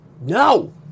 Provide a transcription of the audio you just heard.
no